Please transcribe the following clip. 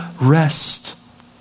rest